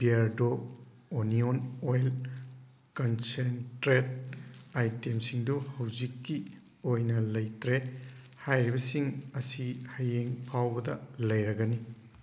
Beardo onion oil concentrate ꯑꯥꯏꯇꯦꯝꯁꯤꯡꯗꯨ ꯍꯧꯖꯤꯛꯀꯤ ꯑꯣꯏꯅ ꯂꯩꯇ꯭ꯔꯦ ꯍꯥꯏꯔꯤꯕꯁꯤꯡ ꯑꯁꯤ ꯍꯌꯦꯡ ꯐꯥꯎꯕꯗ ꯂꯩꯔꯒꯅꯤ